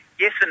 Yes